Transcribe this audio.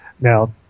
Now